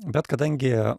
bet kadangi